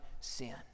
sin